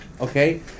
okay